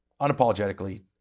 Unapologetically